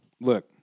Look